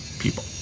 people